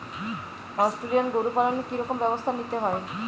Australian গরু পালনে কি রকম ব্যবস্থা নিতে হয়?